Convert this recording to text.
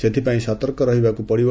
ସେଥିପାଇଁ ସତର୍କ ରହିବାକୁ ପଡ଼ିବ